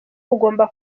ugomba